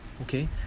Okay